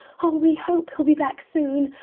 oh we hope he'll be back soon.